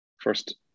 first